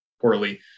poorly